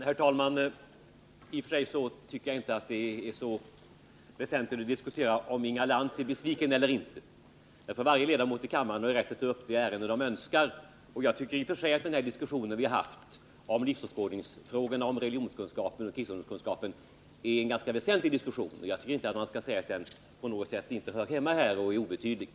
Herr talman! I och för sig tycker jag inte att det är så väsentligt att diskutera om Inga Lantz är besviken eller inte. Varje ledamot har ju rätt att ta upp de ärenden han eller hon önskar. Den diskussion vi har haft om livsåskådningsfrågorna, religionskunskapen och kristendomskunskapen är enligt min mening väsentlig, och jag tycker inte att man skall säga att den inte på något sätt hör hemma här eller att den är betydelselös.